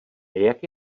jak